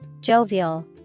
Jovial